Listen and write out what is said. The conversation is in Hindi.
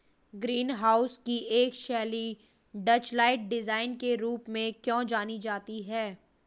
ग्रीन हाउस की एक शैली डचलाइट डिजाइन के रूप में क्यों जानी जाती है?